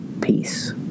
Peace